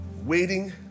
waiting